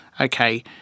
okay